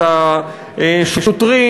את השוטרים,